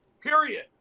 period